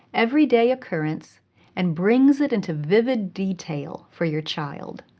everyday occurrence and brings it into vivid detail for your child.